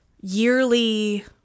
yearly